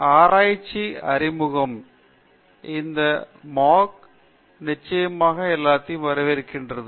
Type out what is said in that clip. ஆராய்ச்சி அறிமுகம் இந்த மூக் நிச்சயமாக வரவேற்கிறது